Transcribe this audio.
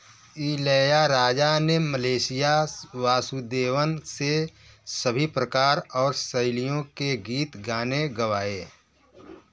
इलैयाराजा ने मलेशिया वासुदेवन से सभी प्रकार और शैलियों के गीत गाने गवाए